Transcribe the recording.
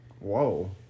Whoa